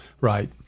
Right